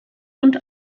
und